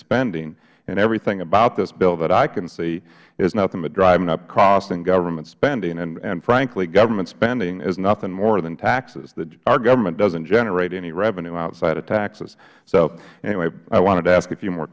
spending and everything about this bill that i can see is nothing but driving up cost and government spending and frankly government spending is nothing more than taxes our government doesn't generate any revenue outside of taxes so anyway i wanted to ask a few more